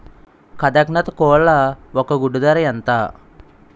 కదక్నత్ కోళ్ల ఒక గుడ్డు ధర ఎంత?